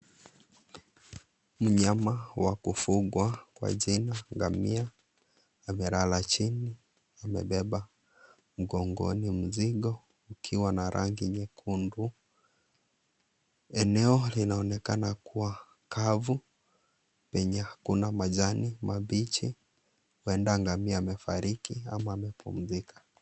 Mnyama wa kufungwa kwa jina ngamia amelala chini. Amebeba mgongoni mzigo ukiwa na rangi nyekundu. Eneo linaonekana kuwa kavu penye hakuna majani mabichi labda ngamia amefariki ama amepumzika.